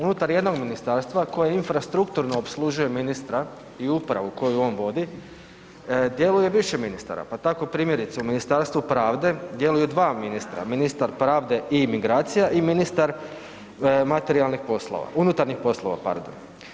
Unutar jednog ministarstva koje infrastrukturno opslužuje ministra i upravu koju on vodi, djeluje više ministara pa tako primjerice, u Ministarstvu pravde djeluju 2 ministra, ministar pravde i migracije i ministar materijalnih poslova, unutarnjih poslova, pardon.